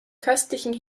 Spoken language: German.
köstlichen